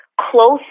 close